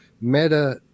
Meta